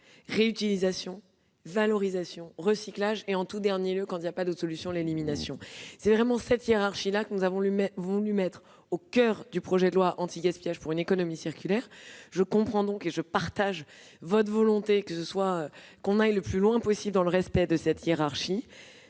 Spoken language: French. réutilisation, valorisation, recyclage et, en tout dernier lieu, quand il n'y a pas d'autre solution, élimination. Cette hiérarchie, nous avons voulu la mettre au coeur du projet de loi anti-gaspillage et pour une économie circulaire. Je partage donc la volonté qui s'est exprimée qu'on aille le plus loin possible dans le respect de cette hiérarchie.